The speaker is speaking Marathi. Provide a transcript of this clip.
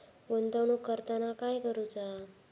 गुंतवणूक करताना काय करुचा?